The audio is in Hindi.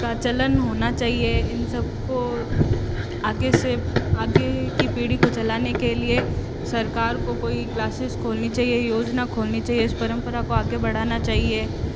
का चलन होना चाहिए इन सब को आगे से आगे की पीढ़ी को चलाने के लिए सरकार को कोई क्लासेस खोलनी चाहिए योजना खोलनी चाहिए इस परम्परा को आगे बढ़ाना चाहिए